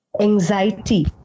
Anxiety